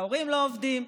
ההורים לא עובדים,